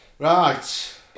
Right